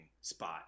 spot